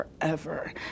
forever